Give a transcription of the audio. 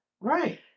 Right